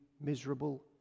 miserable